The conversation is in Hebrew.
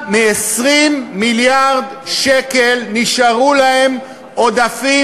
יותר מ-20 מיליארד שקל נשארו להם עודפים